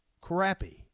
crappy